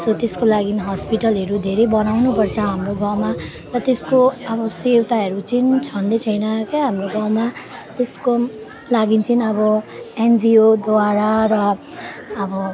so त्यसको लागि हस्पिटलहरू धेरै बनाउनुपर्छ हाम्रो गाउँमा र त्यसको अब सेवताहरू चाहिँ छँदै छैन क्या हाम्रो गाउँमा त्यसको लागि चाहिँ अब एनजिओद्वारा र अब